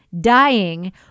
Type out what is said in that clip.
dying